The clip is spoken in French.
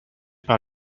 par